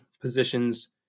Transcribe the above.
positions